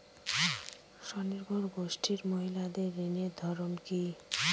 স্বনির্ভর গোষ্ঠীর মহিলাদের ঋণের ধরন কি?